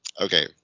okay